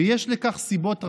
ויש לכך סיבות רבות.